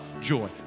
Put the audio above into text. joy